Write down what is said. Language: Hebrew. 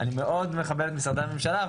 אני מאוד מכבד את משרדי הממשלה,